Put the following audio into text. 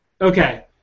Okay